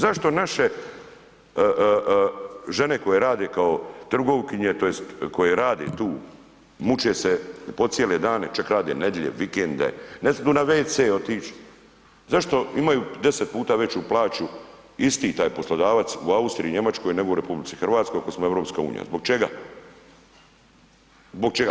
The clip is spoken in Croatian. Zašto naše žene koje rade kao trgovkinje tj. koje rade tu, muče se po cijele dane, čak rade nedjelje, vikende, ne smiju na wc otići zašto imaju 10x veću plaću isti taj poslodavac u Austriji, Njemačkoj nego u RH ako smo EU, zbog čega, zbog čega?